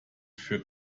für